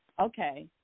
Okay